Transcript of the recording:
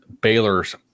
Baylor's